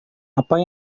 apa